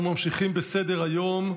אנחנו ממשיכים בסדר-היום,